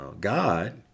God